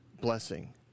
blessing